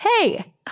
hey